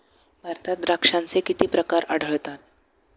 भारतात द्राक्षांचे किती प्रकार आढळतात?